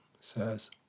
says